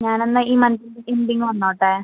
ഞാനെന്നാൽ ഈ മന്തിൽ എൻഡിംഗ് വന്നോട്ടേ